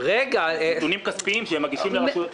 אלה נתונים כספיים שהם מגישים לרשויות.